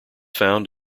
found